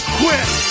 quit